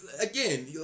again